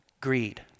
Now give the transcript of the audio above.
greed